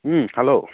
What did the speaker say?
hello